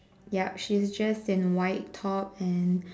yup she's just in white top and